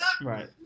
Right